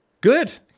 Good